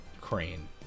crane